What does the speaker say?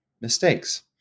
mistakes